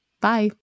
Bye